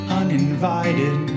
uninvited